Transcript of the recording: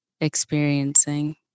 experiencing